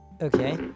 Okay